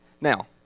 Now